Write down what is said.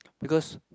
because